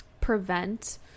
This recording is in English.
prevent